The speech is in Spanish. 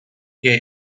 que